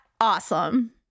Awesome